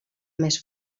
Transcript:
més